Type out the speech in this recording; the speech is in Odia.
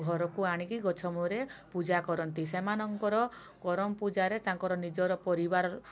ଘରକୁ ଆଣିକି ଗଛ ମୂଳରେ ପୂଜା କରନ୍ତି ସେମାନଙ୍କର କରମ୍ ପୂଜାରେ ତାଙ୍କର ନିଜର ପରିବାର